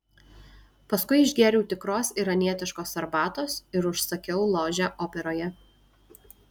paskui išgėriau tikros iranietiškos arbatos ir užsakiau ložę operoje